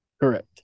correct